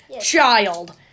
child